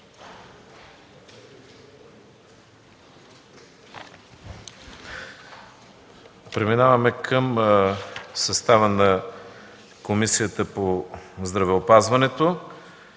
Преминаваме към състава на Комисията по здравеопазването.